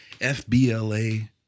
FBLA